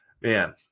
man